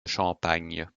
champagne